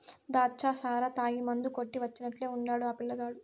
దాచ్చా సారా తాగి మందు కొట్టి వచ్చినట్టే ఉండాడు ఆ పిల్లగాడు